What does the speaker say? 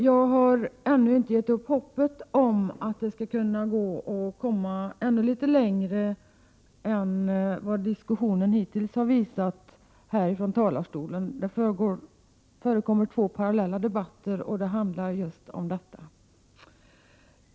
Jag har ännu inte givit upp hoppet om att det skall gå att komma litet längre än vad inläggen från talarstolen hittills har visat. Det försiggår två parallella debatter, och det handlar om just detta.